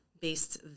based